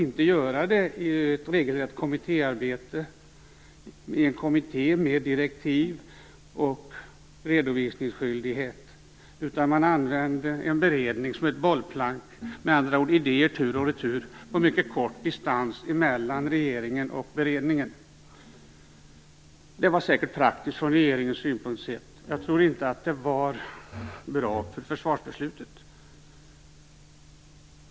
Beredningen skedde inte genom ett regelrätt kommittéarbete, i en kommitté med direktiv och redovisningsskyldighet, utan man använde en beredning som ett bollplank - med andra ord gick idéer tur och retur på mycket kort distans mellan regeringen och beredningen. Det var säkert praktiskt från regeringens synpunkt sett, men jag tror inte att det var bra för försvarsbeslutet.